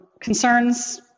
concerns